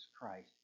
Christ